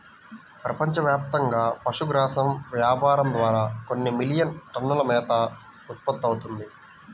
ప్రపంచవ్యాప్తంగా పశుగ్రాసం వ్యాపారం ద్వారా కొన్ని మిలియన్ టన్నుల మేత ఉత్పత్తవుతుంది